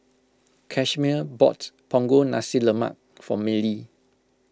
Casimer bought Punggol Nasi Lemak for Mellie